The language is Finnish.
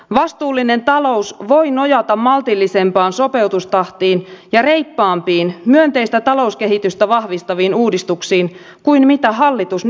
vastuullinen talous voi nojata maltillisempaan sopeutustahtiin ja reippaampiin myönteistä talouskehitystä vahvistaviin uudistuksiin kuin hallitus nyt esittää